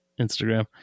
instagram